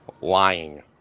lying